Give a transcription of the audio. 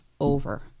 over